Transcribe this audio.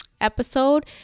episode